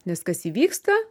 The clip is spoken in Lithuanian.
nes kas įvyksta